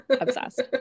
obsessed